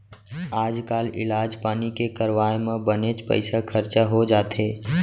आजकाल इलाज पानी के करवाय म बनेच पइसा खरचा हो जाथे